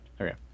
Okay